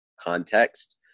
context